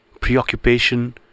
Preoccupation